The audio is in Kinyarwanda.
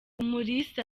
umulisa